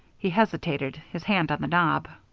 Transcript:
he hesitated, his hand on the knob.